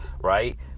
right